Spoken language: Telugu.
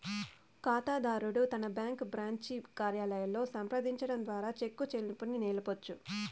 కాతాదారుడు తన బ్యాంకు బ్రాంచి కార్యాలయంలో సంప్రదించడం ద్వారా చెక్కు చెల్లింపుని నిలపొచ్చు